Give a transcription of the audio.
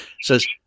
says